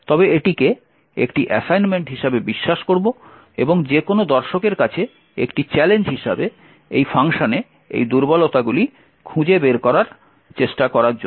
তবে এটিকে একটি অ্যাসাইনমেন্ট হিসাবে বিশ্বাস করব এবং যে কোনও দর্শকের কাছে একটি চ্যালেঞ্জ হিসাবে এই ফাংশনে এই দুর্বলতাগুলি খুঁজে বের করার চেষ্টা করার জন্য